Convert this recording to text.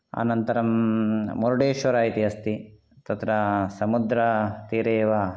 अनन्तरं मुरुडेश्वर इति अस्ति तत्र समुद्रतीरे एव